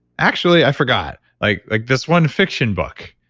actually, i forgot like like this one fiction book.